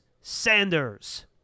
Sanders